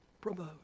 promote